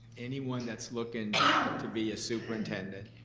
anyone that's looking to be a superintendent